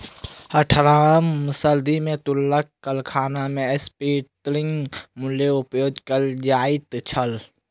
अट्ठारम सदी मे तूरक कारखाना मे स्पिन्निंग म्यूल उपयोग कयल जाइत छल